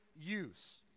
use